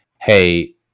hey